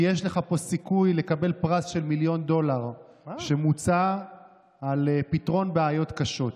כי יש לך פה סיכוי לקבל פרס של מיליון דולר שמוצע על פתרון בעיות קשות,